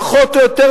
פחות או יותר,